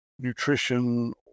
nutrition